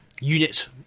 Unit